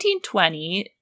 1920